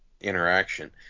Interaction